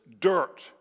dirt